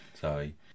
Sorry